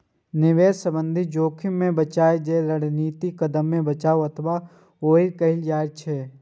निवेश संबंधी जोखिम सं बचय लेल रणनीतिक कदम कें बचाव अथवा हेज कहल जाइ छै